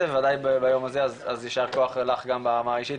ובוודאי ביום הזה אז ישר כוח לך גם ברמה האישית,